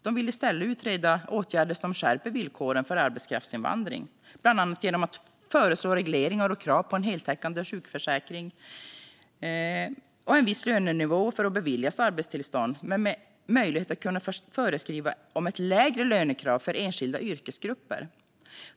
De vill i stället utreda åtgärder som skärper villkoren för arbetskraftsinvandringen, bland annat genom att föreslå regleringar, krav på en heltäckande sjukförsäkring och en viss lönenivå för att beviljas arbetstillstånd men med möjlighet att föreskriva om ett lägre lönekrav för enskilda yrkesgrupper.